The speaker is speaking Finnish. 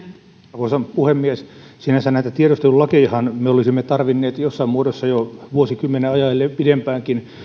arvoisa puhemies sinänsä näitä tiedustelulakejahan me olisimme tarvinneet jossain muodossa jo vuosikymmenen ajan ellei pidempäänkin